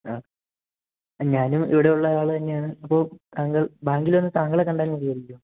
ആ ഞാൻ ഇവിടെയുള്ള ആൾ തന്നെയാണ് അപ്പോൾ താങ്കൾ ബാങ്കിൽ വന്ന് താങ്കളെ കണ്ടാൽ മതിയായിരിക്കുമോ